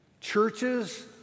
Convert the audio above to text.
Churches